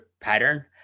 pattern